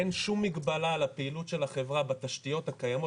אין שום מגבלה על הפעילות של החברה בתשתיות הקיימות,